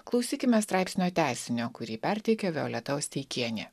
klausykime straipsnio tęsinio kurį perteikia violeta osteikienė